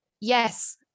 yes